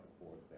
forward